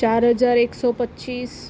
ચાર હજાર એકસો પચીસ